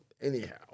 Anyhow